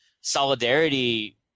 solidarity